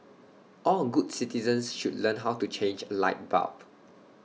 all good citizens should learn how to change A light bulb